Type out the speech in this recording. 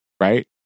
right